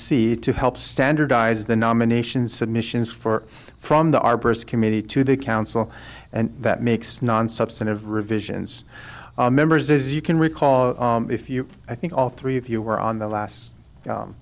c to help standardize the nomination submissions for from the arborist committee to the council and that makes non substantive revisions members as you can recall if you i think all three of you were on the last